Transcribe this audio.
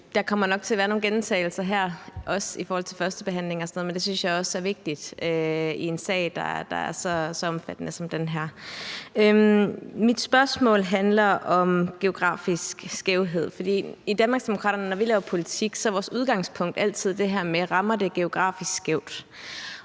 Der kommer nok til at være nogle gentagelser her, også i forhold til førstebehandlingen og sådan noget, men det synes jeg også er vigtigt i en sag, der er så omfattende som den her. Mit spørgsmål handler om geografisk skævhed, for når vi i Danmarksdemokraterne laver politik, er vores udgangspunkt altid det her med: Rammer det geografisk skævt?